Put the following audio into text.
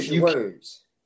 words